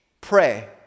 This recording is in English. pray